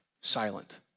silent